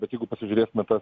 bet jeigu pasižiūrėsime tas